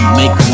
make